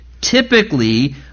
typically